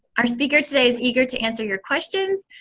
our speaker today is eager to answer your questions,